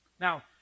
Now